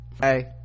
hey